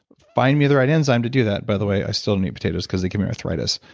find me the right enzymes to do that. by the way i still don't eat potatoes cause they give me arthritis,